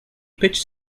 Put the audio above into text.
pitched